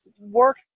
work